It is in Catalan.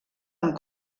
amb